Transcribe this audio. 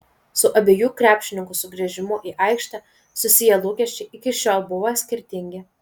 su abiejų krepšininkų sugrįžimu į aikštę susiję lūkesčiai iki šiol buvo skirtingi